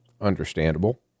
Understandable